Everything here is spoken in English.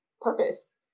purpose